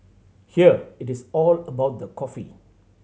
here it is all about the coffee